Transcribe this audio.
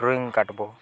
drawing କାଟ୍ବ